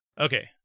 okay